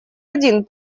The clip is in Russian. один